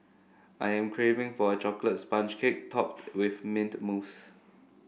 I am craving for a chocolate sponge cake topped with mint mousse